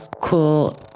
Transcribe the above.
cool